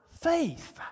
faith